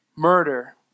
Murder